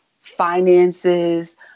finances